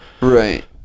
Right